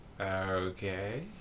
okay